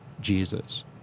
Jesus